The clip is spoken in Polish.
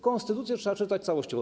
Konstytucję trzeba czytać całościowo.